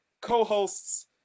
co-hosts